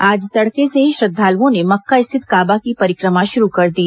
आज तड़के से ही श्रद्वालुओं ने मक्का स्थित काबा की परिक्रमा शुरू कर दी